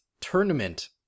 tournament